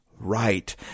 right